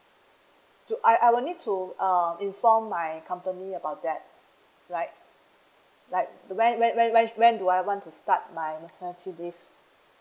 to I I will need to um inform my company about that right like when when when when when do I want to start my maternity leave